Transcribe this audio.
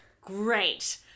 great